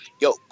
yo